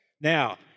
Now